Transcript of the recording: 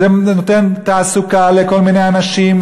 נותן תעסוקה לכל מיני אנשים,